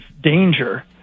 danger